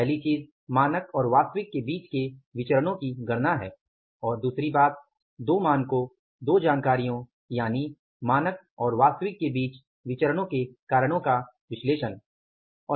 पहली चीज़ मानक और वास्तविक के बीच के विचरणो की गणना की है और दूसरी बात दो मानकों दो जानकारियों यानि मानक और वास्तविक के बीच विचरणो के कारणों का विश्लेषण की है